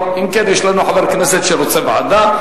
אם כן, יש לנו חבר כנסת שרוצה ועדה.